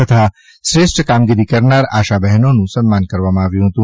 તથા શ્રેષ્ઠ કામગીરી કરનાર આશા બહેનોનું સન્માન કરવામાં આવ્યું હતું